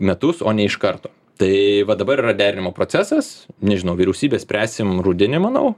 metus o ne iš karto tai va dabar yra derinimo procesas nežinau vyriausybė spręsim rudenį manau